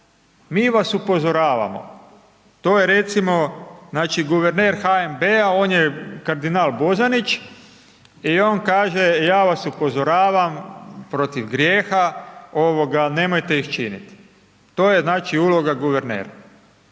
mi vas upozoravamo. To je recimo znači guverner HNB-a on je kardinal Bozanić i on kaže, ja vas upozoravam protiv grijeha, nemojte ih činiti. To je znači uloga guvernera.